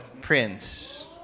prince